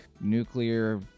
nuclear